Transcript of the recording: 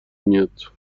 میاد